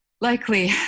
likely